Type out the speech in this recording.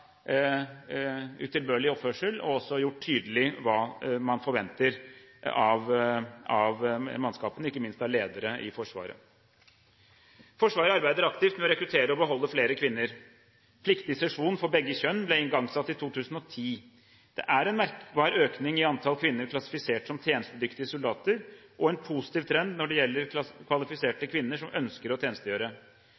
utilbørlig oppførsel, og som også har gjort tydelig hva man forventer av mannskapene, ikke minst av ledere i Forsvaret. Forsvaret arbeider aktivt med å rekruttere og beholde flere kvinner. Pliktig sesjon for begge kjønn ble igangsatt i 2010. Det er en merkbar økning i antall kvinner som er klassifisert som tjenestedyktige soldater, og det er en positiv trend når det gjelder kvalifiserte